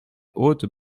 hautes